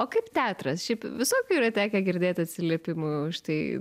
o kaip teatras šiaip visokių yra tekę girdėt atsiliepimų štai